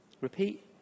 Repeat